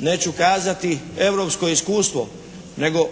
neću kazati europsko iskustvo nego